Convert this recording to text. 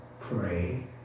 pray